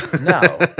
No